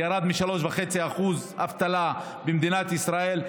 ירד מ-3.5% אבטלה במדינת ישראל.